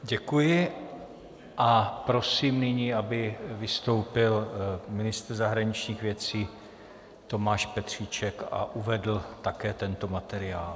Děkuji a prosím nyní, aby vystoupil ministr zahraničních věcí Tomáš Petříček a uvedl také tento materiál.